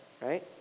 right